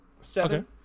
seven